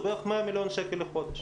זה בערך 100 מיליון שקל לחודש,